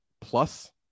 plus